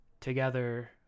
together